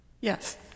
Yes